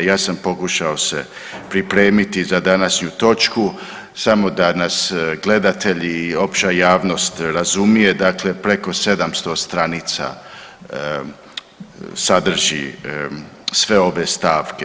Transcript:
Ja sam pokušao se pripremiti za današnju točku samo da nas gledatelji i opća javnost razumije, dakle preko 700 stranica sadrži sve ove stavke.